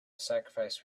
sacrifice